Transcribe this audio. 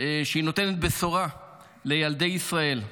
שנותנת בשורה לילדי ישראל.